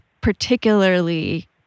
particularly